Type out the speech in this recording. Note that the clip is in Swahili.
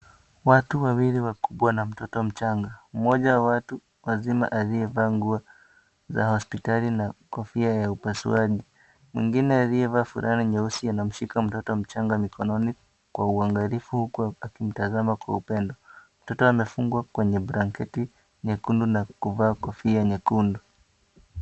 Watu wawili wakubwa na mtoto mchanga. Mmoja wa watu wazima aliyevaa nguo za hospitali na kofia ya upasuaji. Mwingine aliyevaa fulana nyeusi anamshika mtoto mchanga mikononi kwa uangalifu, huku akimtazama kwa upendo. Mtoto amefungwa kwenye blanketi nyekundu na kuvaa kofia nyekundu.